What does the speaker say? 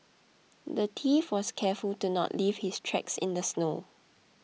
the thief was careful to not leave his tracks in the snow